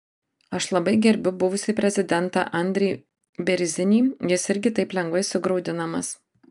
aš labai gerbiu buvusį prezidentą andrį bėrzinį jis irgi taip lengvai sugraudinamas